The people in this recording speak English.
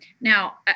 Now